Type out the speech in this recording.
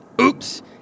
Oops